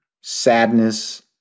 sadness